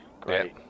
great